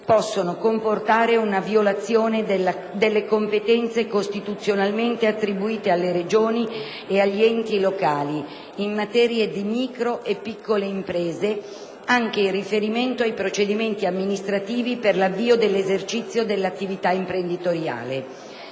possono comportare una violazione delle competenze costituzionalmente attribuite alle Regioni e agli enti locali in materia di micro e piccole imprese, anche in riferimento ai procedimenti amministrativi per l'avvio dell'esercizio dell'attività imprenditoriale;